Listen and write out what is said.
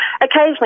Occasionally